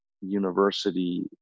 university